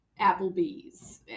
Applebee's